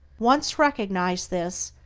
once recognize this,